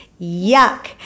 Yuck